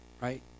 right